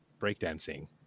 breakdancing